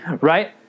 right